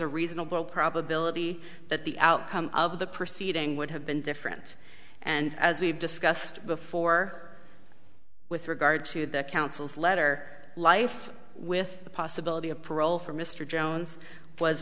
a reasonable probability that the outcome of the proceeding would have been different and as we've discussed before with regard to the counsel's letter life with the possibility of parole for mr jones was